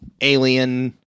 alien